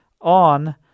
on